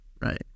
Right